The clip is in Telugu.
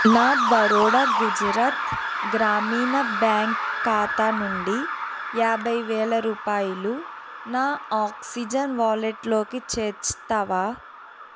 నా బరోడా గుజరాత్ గ్రామీణ బ్యాంక్ ఖాతా నుండి యాభై వేల రూపాయలు నా ఆక్సిజెన్ వాలెట్లోకి చేర్చుతావా